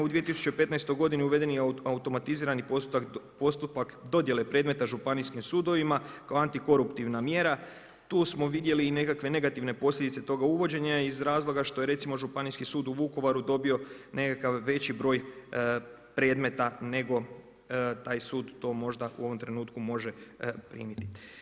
U 2015. godini uvedeni je automatizirani postupak dodjele predmeta županijskim sudovima kao antikoruptivna mjera, tu smo vidjeli i nekakve negativne posljedice toga uvođenja iz razloga što je recimo Županijski sud u Vukovaru dobio nekakav veći broj predmeta nego taj sud to možda u ovom trenutku može primiti.